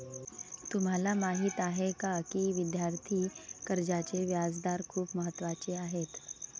तुम्हाला माहीत आहे का की विद्यार्थी कर्जाचे व्याजदर खूप महत्त्वाचे आहेत?